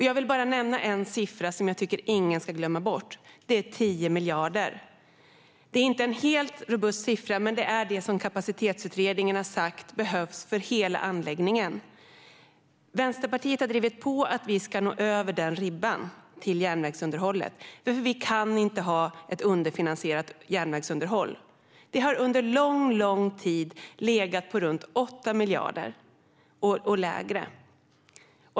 Jag vill nämna en siffra som jag tycker att ingen ska glömma bort: 10 miljarder. Det är inte en helt robust siffra, men det är det som Kapacitetsutredningen har sagt behövs för hela anläggningen. Vänsterpartiet har drivit på för att vi ska nå över den ribban till järnvägsunderhållet, för vi kan inte ha ett underfinansierat järnvägsunderhåll. Det har under lång tid legat på runt 8 miljarder eller lägre.